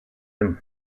him